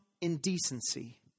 indecency